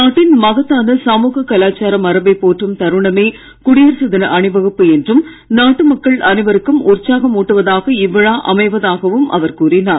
நாட்டின் மகத்தான சமூக கலச்சார மரபை போற்றும் தருணமே குடியரசுத் தின அணிவகுப்பு என்றும் நாட்டு மக்கள் அனைவருக்கும் உற்சாகம் ஊட்டுவதாக இவ்விழா அமைவதாகவும் அவர் கூறினார்